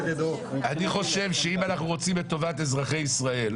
אני חושב שאם אנחנו רוצים את טובת אזרחי ישראל,